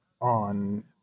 on